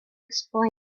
explained